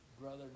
brother